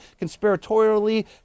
conspiratorially